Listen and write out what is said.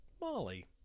Molly